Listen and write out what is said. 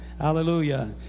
hallelujah